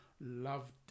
loved